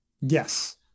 Yes